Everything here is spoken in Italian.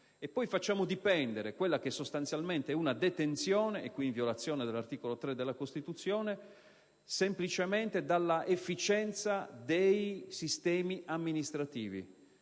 Facciamo poi dipendere quella che sostanzialmente è una detenzione - e qui in violazione dell'articolo 3 della Costituzione - semplicemente dall'efficienza dei sistemi amministrativi